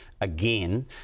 again